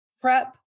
prep